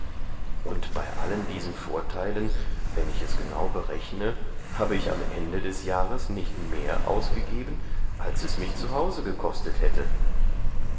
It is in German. und bei allen diesen vorteilen wenn ich es genau berechne habe ich am ende des jahres nicht mehr aus gegeben als es mich zu hause gekostet hätte